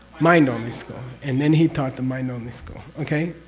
mind-only school, and then he taught the mind-only school okay?